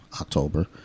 october